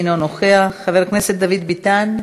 אינו נוכח, חבר הכנסת דוד ביטן.